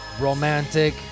romantic